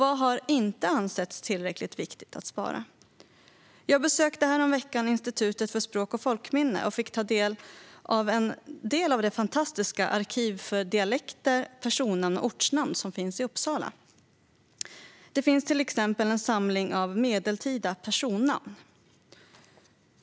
Vad har inte ansetts tillräckligt viktigt att spara? Jag besökte häromveckan Institutet för språk och folkminnen och fick ta del av lite av det fantastiska arkivet för dialekter, personnamn och ortnamn som finns i Uppsala. Här finns bland annat en samling av medeltida personnamn.